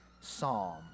psalm